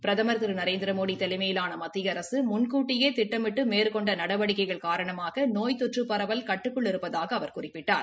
பிரதமர் திரு நரேந்திரமோடி தலைமையிலான மத்திய அரசு முன்கூட்டியே திட்டமிட்டு மேற்கொண்ட நடவடிக்கைகள் காரணமாக நோய் தொற்று பரவல் கட்டுக்குள் இருப்பதாகக் குறிப்பிட்டார்